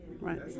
right